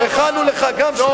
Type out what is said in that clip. הכנו לך גם שטרות,